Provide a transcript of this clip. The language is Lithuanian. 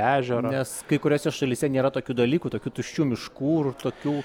ežero nes kai kuriose šalyse nėra tokių dalykų tokių tuščių miškų ir tokių